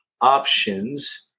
options